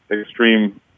extreme